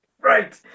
Right